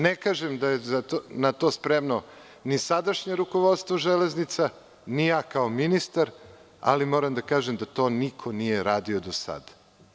Ne kažem da je na to spremno ni sadašnje rukovodstvo Železnica, ni ja kao ministar, ali moram da kažem da to niko nije radio do sada.